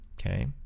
okay